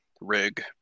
rig